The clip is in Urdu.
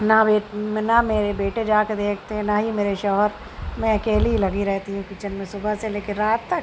نہ نہ میرے بیٹے جا کے دیکھتے ہیں نہ ہی میرے شوہر میں اکیلی ہی لگی رہتی ہوں کچن میں صبح سے لے کے رات تک